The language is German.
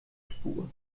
spur